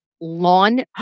lawn